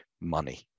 money